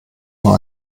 nur